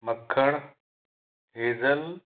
मखण हेज़ल